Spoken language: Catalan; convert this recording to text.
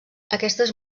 aquestes